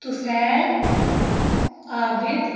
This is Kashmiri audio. طُفیل آبِد